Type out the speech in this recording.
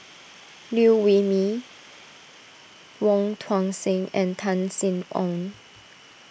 Liew Wee Mee Wong Tuang Seng and Tan Sin Aun